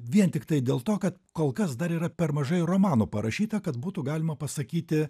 vien tiktai dėl to kad kol kas dar yra per mažai romanų parašyta kad būtų galima pasakyti